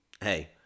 hey